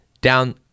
down